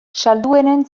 salduenen